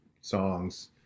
songs